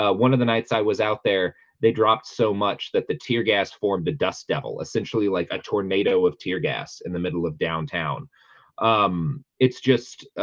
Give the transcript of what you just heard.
ah one of the nights i was out there they dropped so much that the tear gas formed the dust devil essentially like a tornado of tear gas in the middle of downtown um, it's just ah,